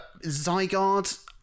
Zygarde